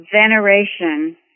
veneration